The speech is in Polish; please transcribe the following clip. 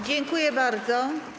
Dziękuję bardzo.